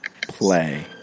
play